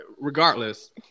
regardless